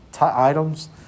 items